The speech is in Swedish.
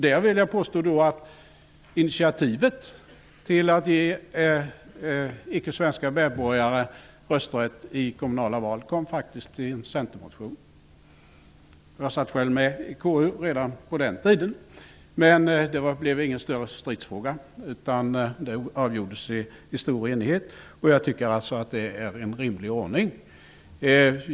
Jag vill påstå att initiativet till att ge icke-svenska medborgare rösträtt i kommunala val faktiskt togs i en centermotion. Jag satt själv med i KU redan på den tiden. Men det här blev ingen större stridsfråga, utan frågan avgjordes i stor enighet. Jag tycker att det är en rimlig ordning.